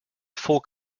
folk